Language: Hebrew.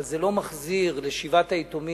אבל זה לא מחזיר את האבא לשבעת היתומים.